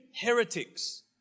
heretics